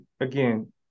again